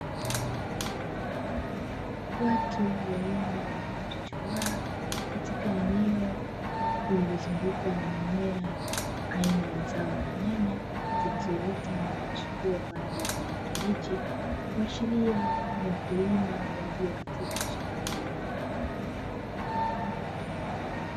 Watu wawili wamechuchumaa katika eneo lililozungukwa na mimea aina ya zao la nyanya, zilizoota na kuchipua kwa rangi ya kijani kibichi, kuashiria ni wakulima walio katika shamba hilo.